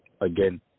Again